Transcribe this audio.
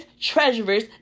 treasurers